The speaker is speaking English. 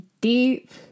deep